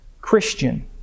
Christian